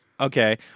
Okay